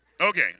Okay